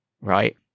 right